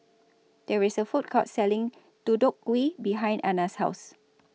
There IS A Food Court Selling Deodeok Gui behind Anna's House